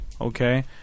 okay